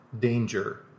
Danger